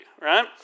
right